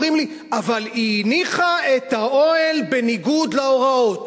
אומרים לי: אבל היא הניחה את האוהל בניגוד להוראות.